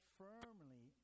firmly